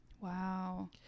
Wow